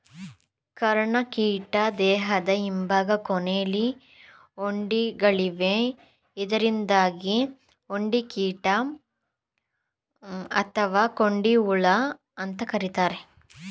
ಕರ್ಣಕೀಟ ದೇಹದ ಹಿಂಭಾಗ ಕೊನೆಲಿ ಕೊಂಡಿಗಳಿವೆ ಇದರಿಂದಾಗಿ ಕೊಂಡಿಕೀಟ ಅಥವಾ ಕೊಂಡಿಹುಳು ಅಂತ ಕರೀತಾರೆ